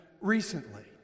recently